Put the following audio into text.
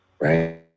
Right